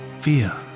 fear